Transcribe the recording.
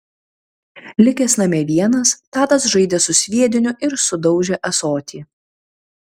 likęs namie vienas tadas žaidė su sviediniu ir sudaužė ąsotį